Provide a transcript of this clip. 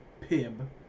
pib